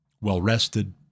well-rested